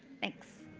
thanks.